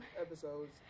episodes